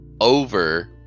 over